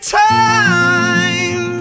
time